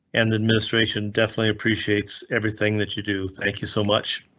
and the administration definitely appreciates everything that you do. thank you so much.